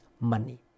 money